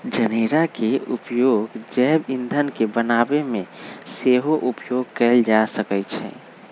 जनेरा के उपयोग जैव ईंधन के बनाबे में सेहो उपयोग कएल जाइ छइ